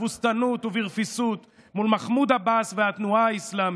בתבוסתנות וברפיסות מול מחמוד עבאס והתנועה האסלאמית.